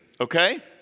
okay